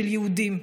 של יהודים.